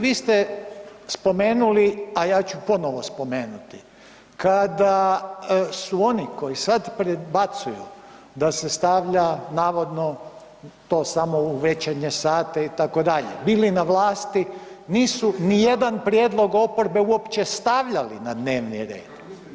Vi ste spomenuli a ja ću ponovo spomenuti kada su oni koji sad predbacuju da se stavlja navodno to samo u večernje sate itd. bili na vlasti nisu ni jedan prijedlog oporbe uopće stavljali na dnevni red.